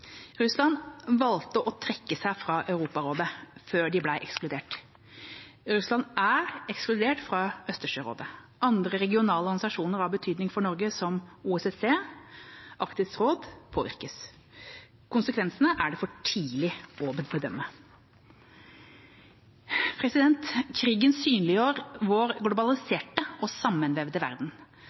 Russland valgte å trekke seg fra Europarådet før de ble ekskludert. Russland er ekskludert fra Østersjørådet. Andre regionale organisasjoner av betydning for Norge, som OSSE og Arktisk råd, påvirkes. Konsekvensene er det for tidlig å bedømme. Krigen synliggjør vår globaliserte og sammenvevde verden.